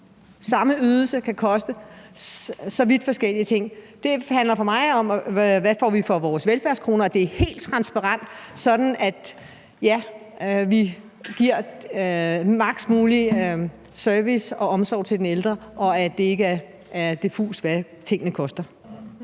samme ydelse kan koste så vidt forskellige ting. Det handler for mig om, hvad vi får for vores velfærdskroner, at det er helt transparent, sådan at vi giver maks. muligt service og omsorg til den ældre, og at det ikke er diffust, hvad tingene koster.